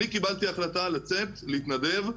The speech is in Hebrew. אני קיבלתי החלטה לצאת להתנדב,